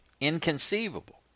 Inconceivable